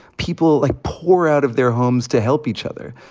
people, like, pour out of their homes to help each other.